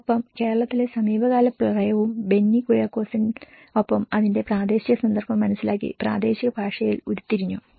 ഒപ്പം കേരളത്തിലെ സമീപകാല പ്രളയവും ബെന്നി കുര്യാക്കോസിനൊപ്പം അതിന്റെ പ്രാദേശിക സന്ദർഭം മനസ്സിലാക്കി പ്രാദേശിക ഭാഷയിൽ ഉരുത്തിരിഞ്ഞു